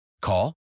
Call